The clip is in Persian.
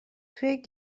توی